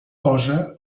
cosa